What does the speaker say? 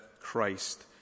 Christ